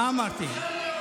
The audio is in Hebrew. מה אמרתי?